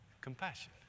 Compassion